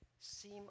seem